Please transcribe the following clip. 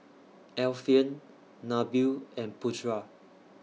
Alfian Nabil and Putra